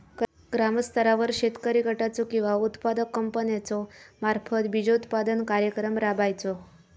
ग्रामस्तरावर शेतकरी गटाचो किंवा उत्पादक कंपन्याचो मार्फत बिजोत्पादन कार्यक्रम राबायचो?